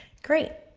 great.